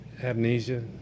Amnesia